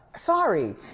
sorry.